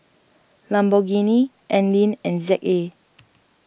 Lamborghini Anlene and Z A